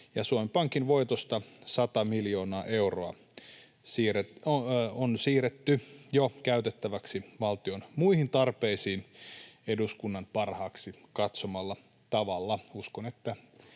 Suomen Pankin voitosta 100 miljoonaa euroa on siirretty jo käytettäväksi valtion muihin tarpeisiin eduskunnan parhaaksi katsomalla tavalla. Uskon, että